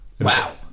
Wow